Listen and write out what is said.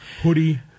hoodie